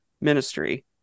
ministry